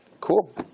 Cool